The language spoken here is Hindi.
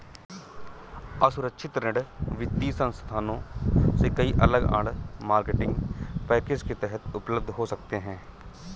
असुरक्षित ऋण वित्तीय संस्थानों से कई अलग आड़, मार्केटिंग पैकेज के तहत उपलब्ध हो सकते हैं